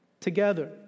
together